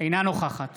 אינה נוכחת